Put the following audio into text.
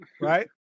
right